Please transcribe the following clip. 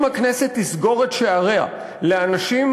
אם הכנסת תסגור את שעריה לפני אנשים